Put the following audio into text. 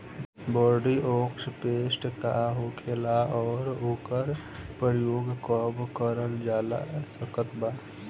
Bordeaux paste का होखेला और ओकर प्रयोग कब करल जा सकत बा?